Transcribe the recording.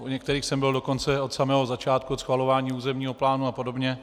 U některých jsem byl dokonce od samého začátku, od schvalování územního plánu a podobně.